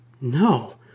no